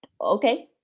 okay